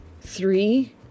three